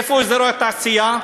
איפה אזורי התעשייה?